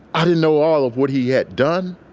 i don't know all of what he had done,